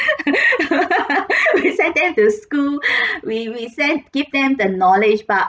we send them to school we we say give them the knowledge about